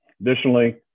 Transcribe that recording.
Additionally